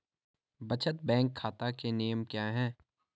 बचत बैंक खाता के नियम क्या हैं?